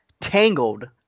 tangled